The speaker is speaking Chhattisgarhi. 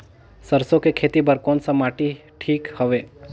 सरसो के खेती बार कोन सा माटी ठीक हवे?